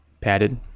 Padded